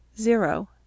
Zero